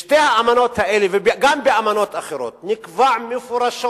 בשתי האמנות האלה, וגם באמנות אחרות, נקבע מפורשות